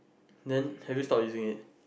then have you stop using it